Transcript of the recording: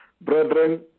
brethren